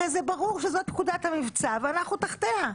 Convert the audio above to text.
הרי זה ברור שזאת פקודת המבצע ואנחנו תחתיה.